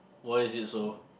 why is it so